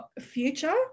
future